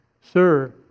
Sir